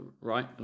right